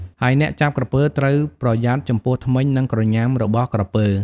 ហើយអ្នកចាប់ក្រពើត្រូវប្រយ័ត្នចំពោះធ្មេញ និងក្រញ៉ាំរបស់ក្រពើ។